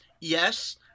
Yes